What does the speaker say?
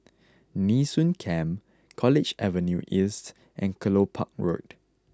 Nee Soon Camp College Avenue East and Kelopak Road